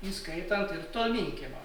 įskaitant ir tolminkiemio